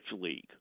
league